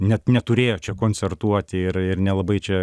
net neturėjo čia koncertuoti ir ir nelabai čia